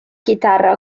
chitarra